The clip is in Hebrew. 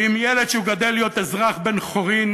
ואם ילד שגדל להיות אזרח בן-חורין